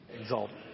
exalted